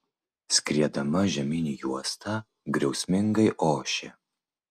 skriedama žemyn juosta griausmingai ošė